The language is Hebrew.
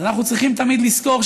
אנחנו צריכים לתמיד לזכור,